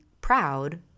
proud